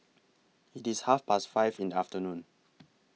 IT IS Half Past five in The afternoon